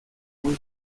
muy